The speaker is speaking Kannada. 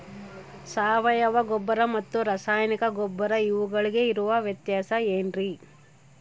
ಸಾವಯವ ಗೊಬ್ಬರ ಮತ್ತು ರಾಸಾಯನಿಕ ಗೊಬ್ಬರ ಇವುಗಳಿಗೆ ಇರುವ ವ್ಯತ್ಯಾಸ ಏನ್ರಿ?